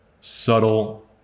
subtle